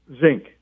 Zinc